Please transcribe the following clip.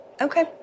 okay